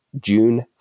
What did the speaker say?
June